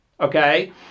okay